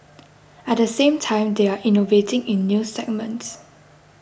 at the same time they are innovating in new segments